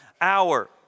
hour